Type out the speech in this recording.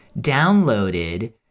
downloaded